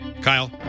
Kyle